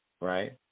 Right